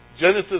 Genesis